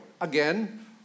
again